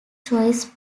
choice